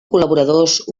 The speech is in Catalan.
col·laboradors